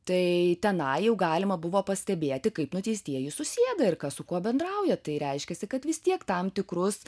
tai tenai jau galima buvo pastebėti kaip nuteistieji susėda ir kas su kuo bendrauja tai reiškiasi kad vis tiek tam tikrus